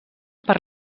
per